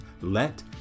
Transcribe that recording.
let